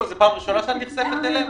זאת פעם ראשונה שאת נחשפת אליהם?